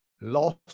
lost